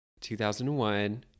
2001